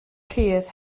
rhydd